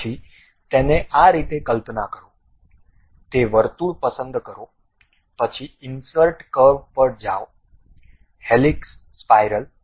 પછી તેને આ રીતે કલ્પના કરો તે વર્તુળ પસંદ કરો પછી ઇન્સર્ટ કર્વ પર જાઓ હેલિક્સ સ્પાઇરલ